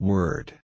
Word